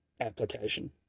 application